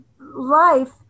life